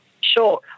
Sure